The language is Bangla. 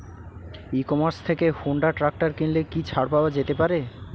ই কমার্স থেকে হোন্ডা ট্রাকটার কিনলে কি ছাড় পাওয়া যেতে পারে?